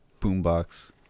boombox